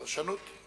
פרשנות.